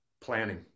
Planning